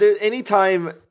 Anytime